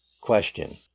Question